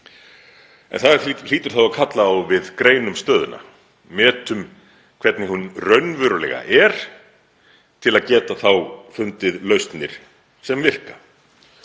Það hlýtur þá að kalla á að við greinum stöðuna, metum hvernig hún raunverulega er til að geta fundið lausnir sem virka.